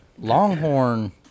Longhorn